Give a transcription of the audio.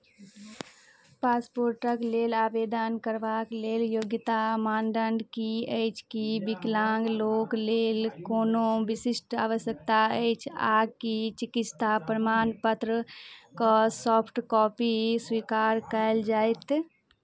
पासपोर्टक लेल आवेदन करबाक लेल योग्यता मानदण्ड की अछि की विकलाङ्ग लोक लेल कोनो विशिष्ट आवश्यकता अछि आ की चिकित्सा प्रमाणपत्रके सॉफ्ट कॉपी स्वीकार कयल जायत